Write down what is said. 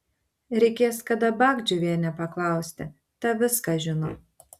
reikės kada bagdžiuvienę paklausti ta viską žino